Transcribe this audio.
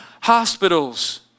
hospitals